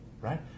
right